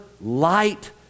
light